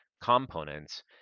components